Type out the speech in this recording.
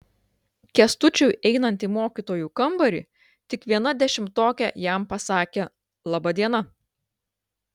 kęstučiui einant į mokytojų kambarį tik viena dešimtokė jam pasakė laba diena